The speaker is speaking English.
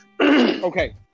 Okay